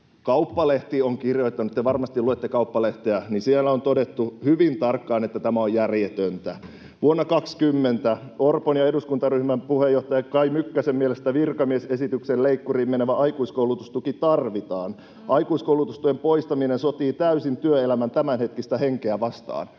Kauppalehti on kirjoittanut tästä — te varmasti luette Kauppalehteä —, ja siellä on todettu hyvin tarkkaan, että tämä on järjetöntä. Vuonna 20: ”Orpon ja eduskuntaryhmän puheenjohtajan Kai Mykkäsen mielestä virkamiesesityksen leikkuriin menevä aikuiskoulutustuki tarvitaan. Aikuiskoulutustuen poistaminen sotii täysin työelämän tämänhetkistä henkeä vastaan.”